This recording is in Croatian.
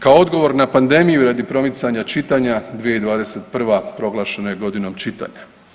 Kao odgovor na pandemiju radi promicanja čitanja, 2021. proglašena je godinom čitanja.